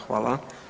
Hvala.